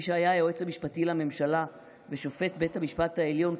מי שהיה היועץ המשפטי לממשלה ושופט בית המשפט העליון,